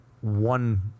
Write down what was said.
one